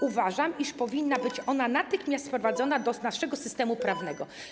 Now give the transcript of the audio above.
Uważam, iż powinna być ona natychmiast wprowadzona do naszego systemu prawnego.